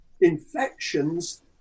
infections